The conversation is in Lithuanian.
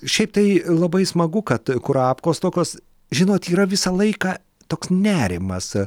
šiaip tai labai smagu kad kurapkos tokios žinot yra visą laiką toks nerimas